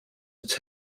its